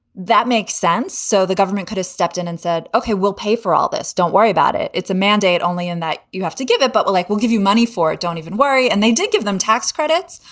that makes sense so the government could have stepped in and said, ok, we'll pay for all this. don't worry about it. it's a mandate only in that you have to give it, but like we'll give you money for it. don't even worry. and they did give them tax credits.